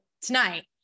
tonight